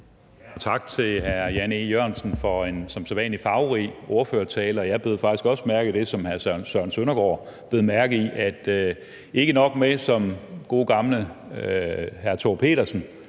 Tak til hr. Jan E. Jørgensen for en som sædvanlig farverig ordførertale. Jeg bed faktisk også mærke i det samme som hr. Søren Søndergaard. Det var ikke nok med, som gode gamle Thor Pedersen